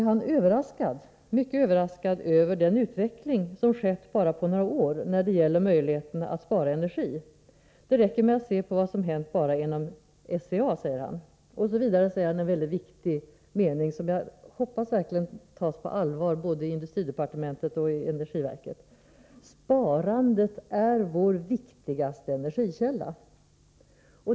Han är mycket överraskad över den utveckling som skett på bara några år när det gäller möjligheterna att spara energi. Det räcker att se på vad som hänt inom SCA, säger han och så tillägger han en viktig mening som jag hoppas tas på allvar i både industridepartementet och energiverket: Sparandet är vår viktigaste energikälla.